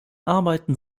arbeiten